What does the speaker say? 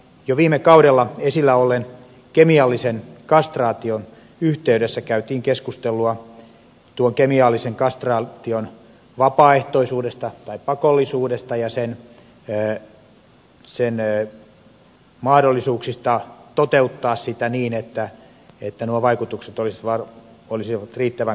jo viime kaudella esillä olleen kemiallisen kastraation yhteydessä käytiin keskustelua tuon kemiallisen kastraation vapaaehtoisuudesta tai pakollisuudesta ja mahdollisuuksista toteuttaa sitä niin että nuo vaikutukset olisivat riittävän kattavia